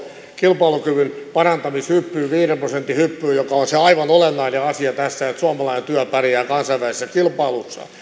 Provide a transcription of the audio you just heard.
kilpailukyvyn parantamishyppyyn viiden prosentin hyppyyn joka on se aivan olennainen asia tässä että suomalainen työ pärjää kansainvälisessä kilpailussa